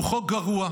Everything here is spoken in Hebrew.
הוא חוק גרוע,